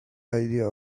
idea